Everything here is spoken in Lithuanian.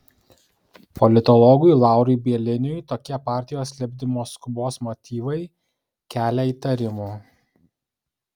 politologui laurui bieliniui tokie partijos lipdymo skubos motyvai kelia įtarimų